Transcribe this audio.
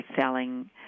selling